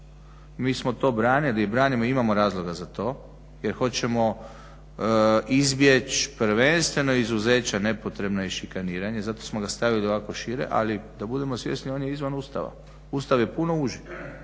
Mi smo to branili i branimo, imamo razloga za to. Jer hoćemo izbjeći prvenstveno izuzeća nepotrebna i šikaniranje. Zato smo ga stavili ovako šire. Ali da budemo svjesni on je izvan Ustava. Ustav je puno uži.